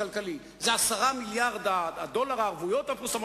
לא, אי-אפשר, חבר הכנסת חרמש,